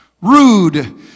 Rude